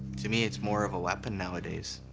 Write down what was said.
to me, it's more of a weapon nowadays,